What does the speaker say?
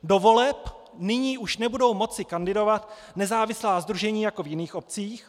Do voleb nyní už nebudou moci kandidovat nezávislá sdružení jako v jiných obcích.